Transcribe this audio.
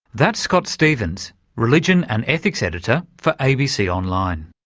that's scott stephens, religion and ethics editor for abc online.